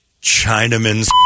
Chinaman's